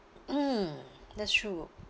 mm that's true